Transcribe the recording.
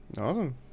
Awesome